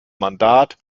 mandat